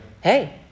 Hey